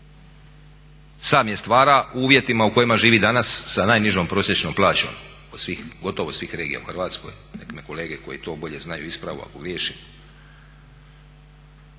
sam je stvara u uvjetima u kojima živi danas sa najnižom prosječnom plaćom od svih, gotovo svih regija u Hrvatskoj. Nek' me kolege koji to bolje znaju ispravu ako griješim.